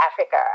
Africa